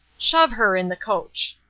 shove her in the coach.